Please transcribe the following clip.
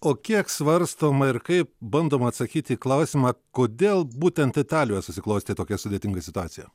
o kiek svarstoma ir kaip bandoma atsakyti į klausimą kodėl būtent italijoje susiklostė tokia sudėtinga situacija